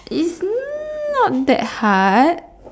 is not that hard